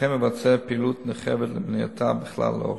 וכן מבצעים פעילות נרחבת למניעתה בכלל האוכלוסייה.